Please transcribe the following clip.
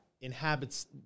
inhabits